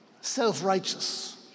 self-righteous